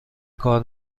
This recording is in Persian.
کار